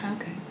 Okay